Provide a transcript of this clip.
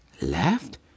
left